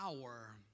power